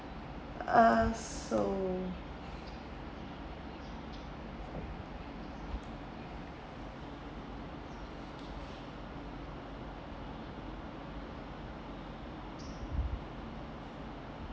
uh so